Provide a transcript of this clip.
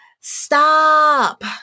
stop